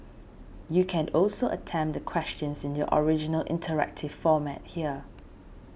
you can also attempt the questions in their original interactive format here